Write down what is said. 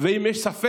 ואם יש ספק,